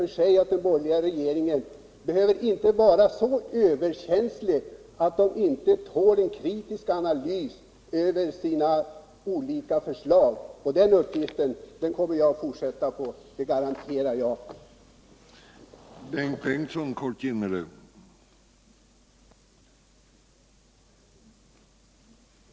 Jag tycker inte att den borgerliga regeringen bör vara så överkänslig att den inte tål en kritisk analys av de olika förslag som den lägger fram. Jag kommer för min del att fortsätta med uppgiften att kritiskt analysera regeringens förslag.